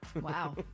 Wow